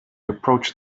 approached